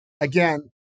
Again